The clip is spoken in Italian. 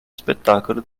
spettacolo